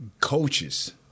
coaches